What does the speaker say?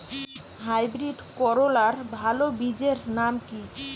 Hybrid করলার ভালো বীজের নাম কি?